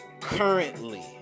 currently